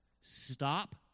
Stop